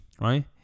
right